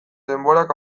denborak